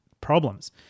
problems